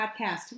podcast